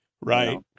Right